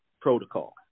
protocol